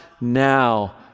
now